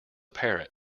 parrot